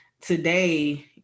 today